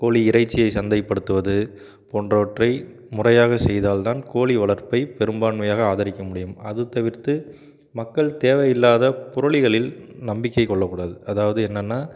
கோழி இறைச்சியை சந்தைப்படுத்துவது போன்றவற்றை முறையாகச் செய்தால் தான் கோழி வளர்ப்பை பெரும்பான்மையாக ஆதரிக்க முடியும் அது தவிர்த்து மக்கள் தேவையில்லாத புரளிகளில் நம்பிக்கைக் கொள்ளக்கூடாது அதாவது என்னென்னா